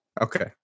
Okay